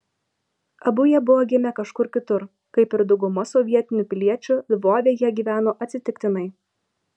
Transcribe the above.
abu jie buvo gimę kažkur kitur kaip ir dauguma sovietinių piliečių lvove jie gyveno atsitiktinai